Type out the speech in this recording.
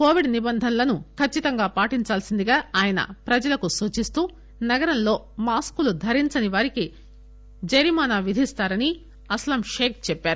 Covid నిబంధనలను ఖచ్చితంగా పాటించాల్సిందిగా ఆయన ప్రజలకు సూచిస్తూ నగరంలో మాస్కులు ధరించని వారికి జరిమానా విధిస్తారని అస్లమ్ షేక్ తెలిపారు